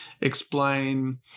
explain